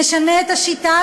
נשנה את השיטה,